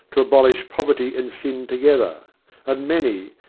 to abolish poverty and sin together and many,